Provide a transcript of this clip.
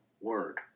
word